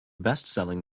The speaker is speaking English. bestselling